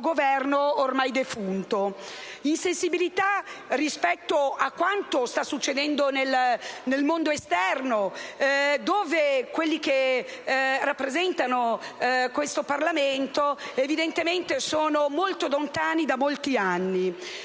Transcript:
Governo ormai defunto. Insensibilità rispetto a quanto sta succedendo nel mondo esterno, dal quale coloro che rappresentano questo Parlamento evidentemente sono molto lontani, e da molti anni.